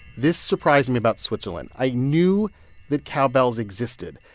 this surprised me about switzerland. i knew that cowbells existed,